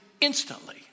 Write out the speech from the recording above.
instantly